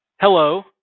Hello